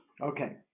Okay